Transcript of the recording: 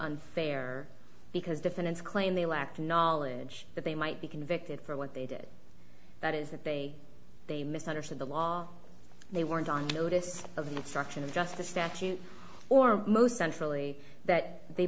unfair because defendants claim they lack the knowledge that they might be convicted for what they did that is that they they misunderstood the law they weren't on notice of the instruction of justice statute or most centrally that they